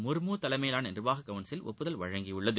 முருமூ தலைமையிலான நிர்வாக கவுன்சில் ஒப்புதல் அளித்துள்ளது